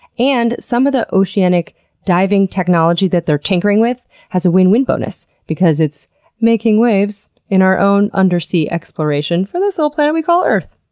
and some of the oceanic diving technology that they're tinkering with has a win-win bonus because it's making waves in our own undersea exploration for this little planet we call earth.